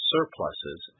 Surpluses